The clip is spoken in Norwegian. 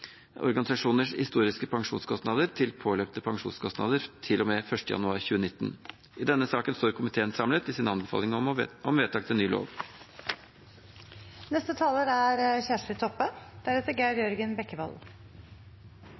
organisasjoners historiske pensjonskostnader til påløpte pensjonskostnader til og med 1. januar 2019. I denne saken står komiteen samlet i sin anbefaling om vedtak til ny lov.